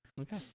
Okay